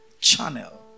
channel